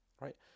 right